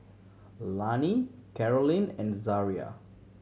Lani Carolynn and Zaria